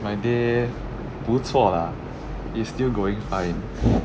my day 不错 lah is still going fine